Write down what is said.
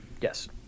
Yes